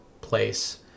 place